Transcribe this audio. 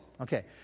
Okay